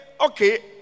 okay